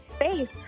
Space